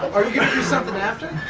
do something after?